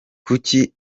kuki